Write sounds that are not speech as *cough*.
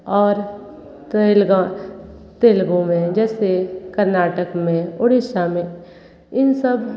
और *unintelligible* तेलुगु में जैसे कर्नाटक में उड़ीसा में इन सब